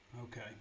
Okay